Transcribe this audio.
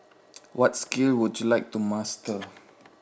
what skill would you like to master